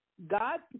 God